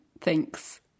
thinks